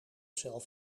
zelf